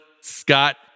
Scott